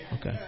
Okay